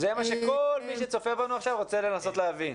זה מה שכל מי שצופה בנו עכשיו רוצה לנסות להבין,